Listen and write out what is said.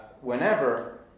whenever